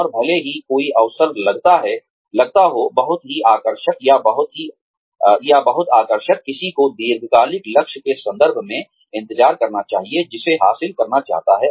और भले ही कोई अवसर लगता हो बहुत ही आकर्षक या बहुत आकर्षक किसी को दीर्घकालिक लक्ष्य के संदर्भ में इंतजार करना चाहिए जिसे हासिल करना चाहता है